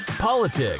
politics